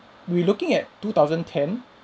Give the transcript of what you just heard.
we looking at two thousand ten